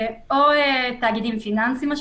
או על שליחה של טכנאי,